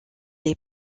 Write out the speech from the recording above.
est